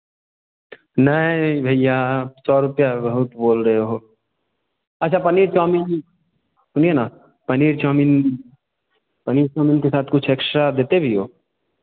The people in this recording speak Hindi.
नहीं भैया सौ रुपये बहुत बोल रहे हो अच्छा पनीर चाउमीन सुनिए ना पनीर चाउमीन पनीर चाउमीन के साथ कुछ एक्स्ट्रा देते भी हो